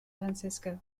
francisco